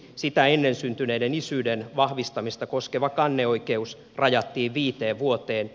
sitä ennen syntyneiden isyyden vahvistamista koskeva kanneoikeus rajattiin viiteen vuoteen